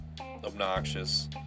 obnoxious